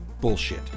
Bullshit